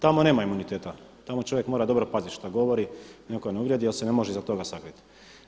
Tamo nema imuniteta, tamo čovjek mora dobro paziti što govori da nekoga ne uvrijedi jer se ne može iza toga sakriti.